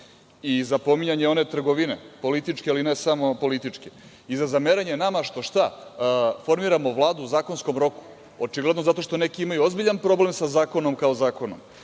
tiče pominjanja one trgovine, političke, ali ne samo političke, i za zameranje nama što formiramo Vladu u zakonskom roku, očigledno zato što neki imaju ozbiljan problem sa zakonom kao zakonom